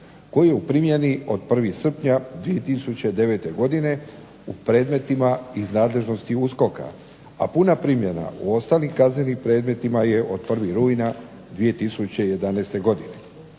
koji je u primjeni od 1. srpnja 2009. godine u predmetima iz nadležnosti USKOK-a, a puna primjena u ostalim kaznenim predmetima je od 1. rujna 2011. godine.